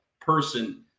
person